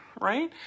right